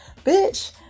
bitch